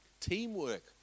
teamwork